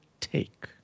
take